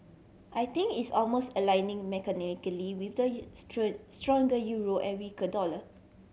I think it's almost aligning mechanically with the stronger euro and weaker dollar